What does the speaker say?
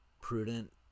prudent